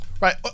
Right